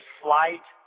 flight